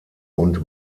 und